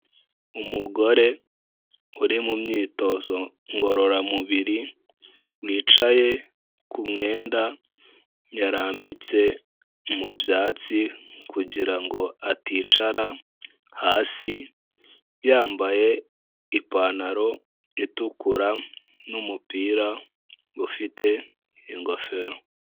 Umugore uri mu myitozo ngororamubiri wicaye ku mwenda yarambitse mu byatsi kugira ngo aticara hasi, yambaye ipantaro itukura n'umupira ufite ingofero.